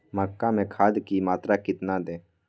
मक्का में खाद की मात्रा कितना दे?